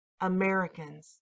Americans